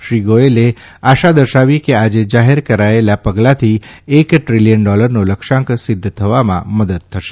શ્રી ગોયલે આશા દર્શાવી કે આજે જાહેર કરેલાં પગલાંથી એક દ્રીલીયન ડોલરનો લક્ષ્યાંક સિદ્ધ થવામાં મદદ થશે